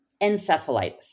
encephalitis